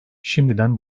şimdiden